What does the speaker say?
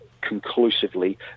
conclusively